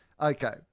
okay